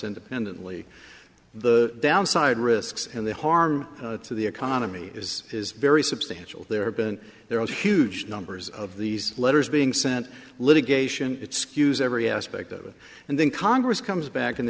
independently the downside risks and the harm to the economy is is very substantial there have been there are huge numbers of these letters being sent litigation it skews every aspect of it and then congress comes back in the